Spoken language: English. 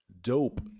dope